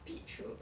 beach road